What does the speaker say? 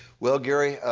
well, gary,